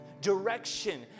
direction